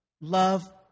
love